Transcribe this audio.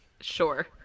Sure